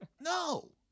No